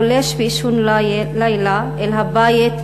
פולש באישון לילה אל הבית,